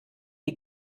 die